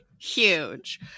Huge